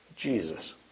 Jesus